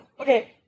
Okay